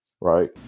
Right